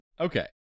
Okay